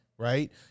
right